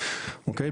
אוקיי?